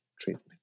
treatment